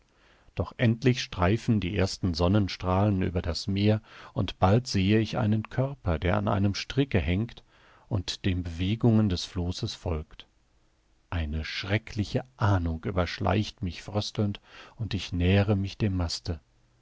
doch endlich streifen die ersten sonnenstrahlen über das meer und bald sehe ich einen körper der an einem stricke hängt und den bewegungen des flosses folgt eine schreckliche ahnung überschleicht mich fröstelnd und ich nähere mich dem maste